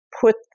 put